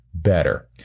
better